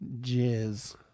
jizz